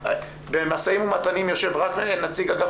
במשאים ומתנים יושב רק נציג אגף